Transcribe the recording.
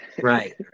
Right